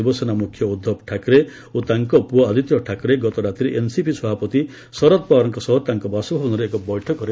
ଶିବସେନା ମୁଖ୍ୟ ଉଦ୍ଧବ ଠାକ୍ରେ ଓ ତାଙ୍କ ପୁଅ ଆଦିତ୍ୟ ଠାକ୍ରେ ଗତ ରାତିରେ ଏନ୍ସିପି ସଭାପତି ଶରଦ ପାୱାରଙ୍କ ସହ ତାଙ୍କ ବାସଭବନରେ ଏକ ବୈଠକରେ ଯୋଗଦେଇଥିଲେ